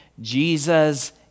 Jesus